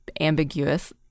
ambiguous